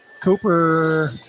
Cooper